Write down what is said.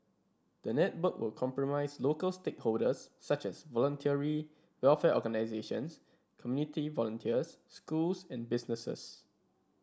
the network will comprise local stakeholders such as Voluntary Welfare Organisations community volunteers schools and businesses